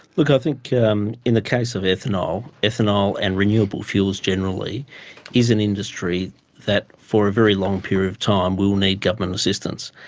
look, i think in the case of ethanol, ethanol and renewable fuels generally is an industry that for a very long period of time will will need government assistance.